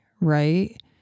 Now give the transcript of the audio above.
right